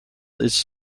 its